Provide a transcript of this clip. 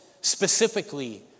specifically